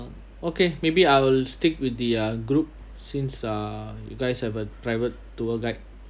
okay maybe I'll stick with their group since uh you guys have a private tour guide